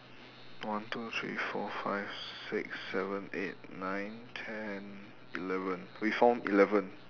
one two three four five six seven eight nine ten eleven we found eleven